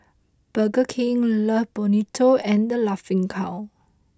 Burger King Love Bonito and The Laughing Cow